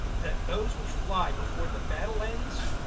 that those which flye before the battell ends,